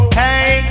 hey